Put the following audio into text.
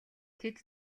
тэд